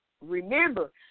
Remember